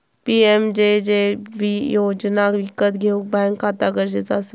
PMJJB योजना विकत घेऊक बॅन्क खाता गरजेचा असा